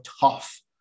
tough